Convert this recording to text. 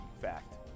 fact